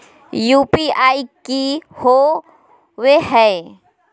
UPI की होवे हय?